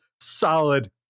solid